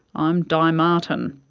um di martin.